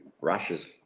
rushes